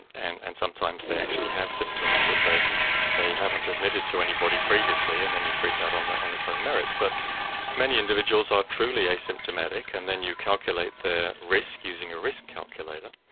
and and sometimes they actually have symptoms that they they haven't admitted to anybody previously, and then you treat that on that on its own merits. but many individuals are truly asymptomatic and then you calculate their risk using a risk calculator.